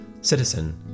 citizen